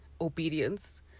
obedience